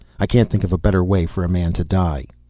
i can't think of a better way for a man to die.